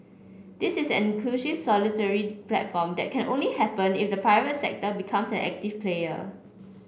this is an inclusive solidarity platform that can only happen if the private sector becomes an active player